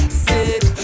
sick